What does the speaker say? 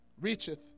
reacheth